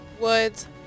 Woods